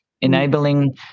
enabling